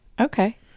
Okay